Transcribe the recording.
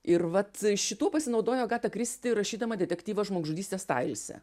ir vat šituo pasinaudojo agati kristi rašydama detektyvą žmogžudystė stailse